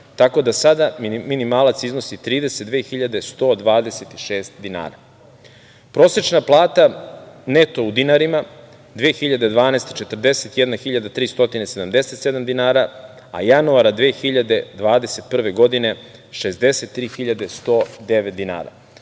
tako da sada minimalac iznosi 32.126 dinara. Prosečna plata neto u dinarima 2012. godine 41.377 dinara, a januara 2021. godine 63.109 dinara.